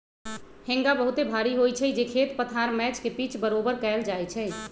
हेंगा बहुते भारी होइ छइ जे खेत पथार मैच के पिच बरोबर कएल जाइ छइ